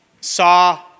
saw